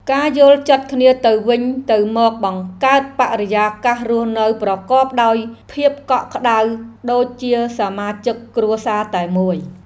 ការយល់ចិត្តគ្នាទៅវិញទៅមកបង្កើតបរិយាកាសរស់នៅប្រកបដោយភាពកក់ក្តៅដូចជាសមាជិកគ្រួសារតែមួយ។